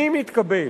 מי מתקבל,